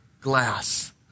glass